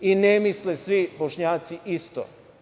Ne misle svi Bošnjaci isto.